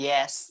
Yes